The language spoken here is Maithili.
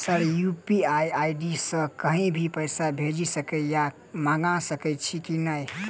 सर यु.पी.आई आई.डी सँ कहि भी पैसा भेजि सकै या मंगा सकै छी की न ई?